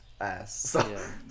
ass